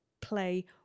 play